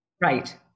Right